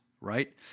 right